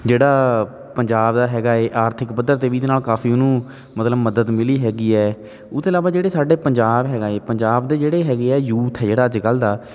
ਜਿਹੜਾ ਪੰਜਾਬ ਦਾ ਹੈਗਾ ਏ ਆਰਥਿਕ ਪੱਧਰ 'ਤੇ ਵੀ ਇਹਦੇ ਨਾਲ ਕਾਫੀ ਉਹਨੂੰ ਮਤਲਬ ਮਦਦ ਮਿਲੀ ਹੈਗੀ ਹੈ ਉਹ ਤੋਂ ਇਲਾਵਾ ਜਿਹੜੇ ਸਾਡੇ ਪੰਜਾਬ ਹੈਗਾ ਏ ਪੰਜਾਬ ਦੇ ਜਿਹੜੇ ਹੈਗੇ ਆ ਯੂਥ ਹੈ ਜਿਹੜਾ ਅੱਜ ਕੱਲ੍ਹ ਦਾ